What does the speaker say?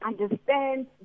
understand